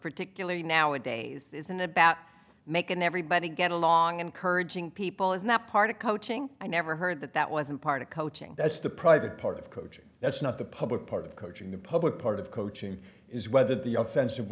particularly nowadays isn't about making everybody get along encouraging people is not part of coaching i never heard that that wasn't part of coaching that's the private part of coaching that's not the public part of coaching the public part of coaching is whether the offensive